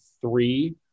three